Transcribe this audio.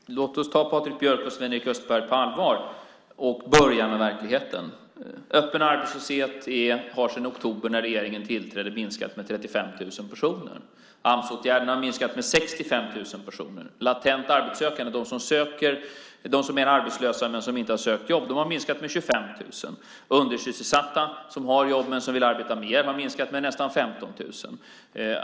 Herr talman! Låt oss ta Patrik Björck och Sven-Erik Österberg på allvar och börja med verkligheten. Den öppna arbetslösheten har sedan i oktober förra året, när regeringen tillträdde, minskat med 35 000 personer. Amsåtgärderna har minskat med 65 000 personer. Latent arbetssökande, de som är arbetslösa men som inte har sökt jobb, har minskat med 25 000. Undersysselsatta, som har jobb men som vill arbeta mer, har minskat med nästan 15 000.